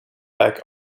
back